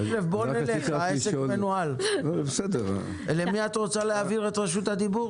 למי את רוצה להעביר את רשות הדיבור?